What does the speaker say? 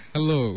Hello